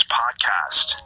podcast